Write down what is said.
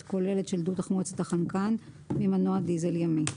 כוללת של דו-תחמוצת החנקן ממנוע דיזל ימי.